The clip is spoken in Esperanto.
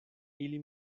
ili